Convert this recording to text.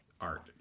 art